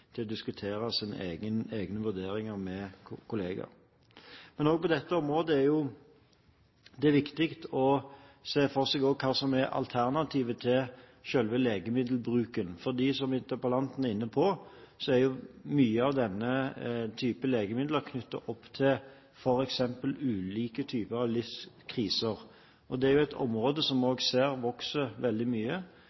å diskutere sine egne vurderinger med kolleger. Men også på dette området er det viktig å se for seg hva som er alternativet til selve legemiddelbruken, for, som interpellanten var inne på, mye av denne typen legemidler er jo knyttet opp til f.eks. ulike typer livskriser. Det er et område som vi